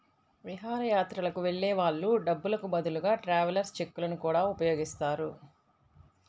విహారయాత్రలకు వెళ్ళే వాళ్ళు డబ్బులకు బదులుగా ట్రావెలర్స్ చెక్కులను గూడా ఉపయోగిస్తారు